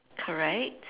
correct